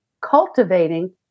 cultivating